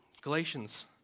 Galatians